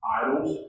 idols